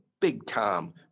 big-time